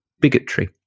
bigotry